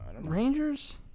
Rangers